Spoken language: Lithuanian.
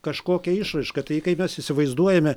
kažkokią išraišką tai kai mes įsivaizduojame